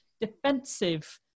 defensive